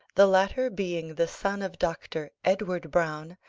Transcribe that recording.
the latter being the son of dr. edward browne,